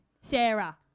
Sarah